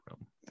Room